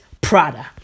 Prada